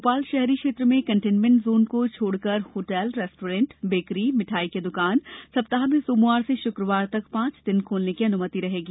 भोपाल शहरी क्षेत्र में कंटेनमेंट जोन को छोड़कर होटल रेस्तरां बेकरी मिठाई की दुकान सप्ताह में सोमवार से शुक्रवार तक पांच दिन खोलने की अनुमति रहेगी